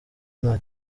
nta